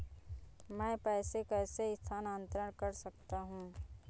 मैं पैसे कैसे स्थानांतरण कर सकता हूँ?